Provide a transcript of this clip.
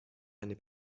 eine